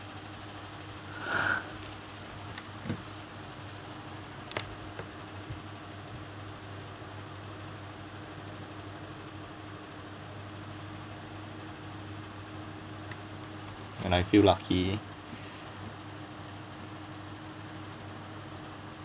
when I feel lucky